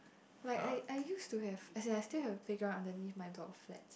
like I I used to have as in I still have a playground underneath my block of flats